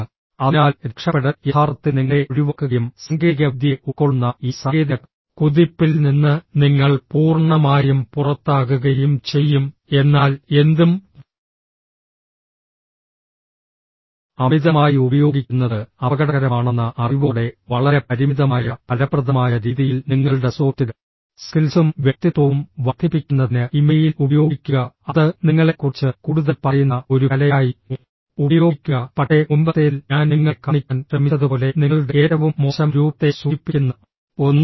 അതിനാൽ രക്ഷപ്പെടൽ യഥാർത്ഥത്തിൽ നിങ്ങളെ ഒഴിവാക്കുകയും സാങ്കേതികവിദ്യയെ ഉൾക്കൊള്ളുന്ന ഈ സാങ്കേതിക കുതിപ്പിൽ നിന്ന് നിങ്ങൾ പൂർണ്ണമായും പുറത്താകുകയും ചെയ്യും എന്നാൽ എന്തും അമിതമായി ഉപയോഗിക്കുന്നത് അപകടകരമാണെന്ന അറിവോടെ വളരെ പരിമിതമായ ഫലപ്രദമായ രീതിയിൽ നിങ്ങളുടെ സോഫ്റ്റ് സ്കിൽസും വ്യക്തിത്വവും വർദ്ധിപ്പിക്കുന്നതിന് ഇമെയിൽ ഉപയോഗിക്കുക അത് നിങ്ങളെക്കുറിച്ച് കൂടുതൽ പറയുന്ന ഒരു കലയായി ഉപയോഗിക്കുക പക്ഷേ മുമ്പത്തേതിൽ ഞാൻ നിങ്ങളെ കാണിക്കാൻ ശ്രമിച്ചതുപോലെ നിങ്ങളുടെ ഏറ്റവും മോശം രൂപത്തെ സൂചിപ്പിക്കുന്ന ഒന്നല്ല